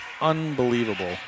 unbelievable